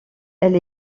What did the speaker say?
elle